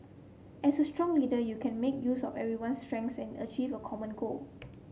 as a strong leader you can make use of everyone's strengths and achieve a common goal